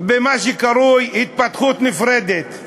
במה שקרוי התפתחות נפרדת.